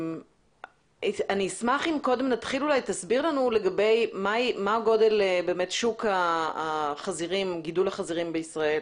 אני אשמח אם קודם תסביר לנו מה גודל שוק גידול החזירים בישראל